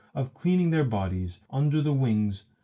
of cleaning their bodies under the wings,